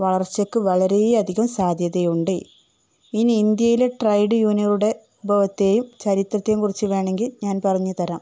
വളർച്ചക്ക് വളരെയധികം സാധ്യതയുണ്ട് ഇനി ഇന്ത്യയിലെ ട്രൈഡ് യൂണിയന്റെ ഉത്ഭവത്തെയും ചരിത്രത്തെയും കുറിച്ച് വേണമെങ്കിൽ ഞാൻ പറഞ്ഞു തരാം